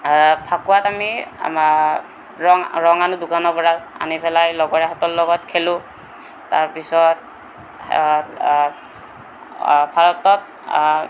ফাকুৱাত আমি আমাৰ ৰং ৰং আনো দোকানৰপৰা আনি পেলাই লগৰীয়াহঁতৰ লগত খেলোঁ তাৰপিছত ভাৰতত